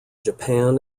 japan